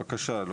בבקשה.